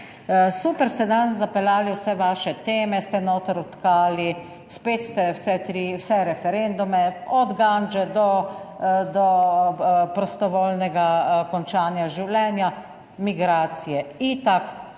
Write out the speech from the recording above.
super ste danes zapeljali vse vaše teme, ste noter vtkali spet ste vse tri, vse referendume od gandže do prostovoljnega končanja življenja, migracije itak,